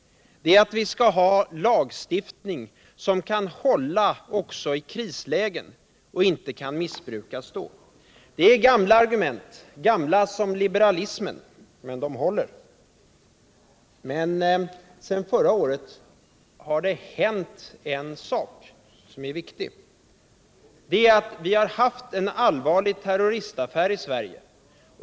Det är att vi skall ha en lagstiftning som kan hålla också i krislägen och inte missbrukas då. Detta är gamla argument — gamla som liberalismen. Men de håller. Sedan förra året har det hänt något viktigt. Vi har haft en allvarlig terroristaffär i Sverige.